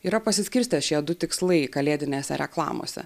yra pasiskirstę šie du tikslai kalėdinėse reklamose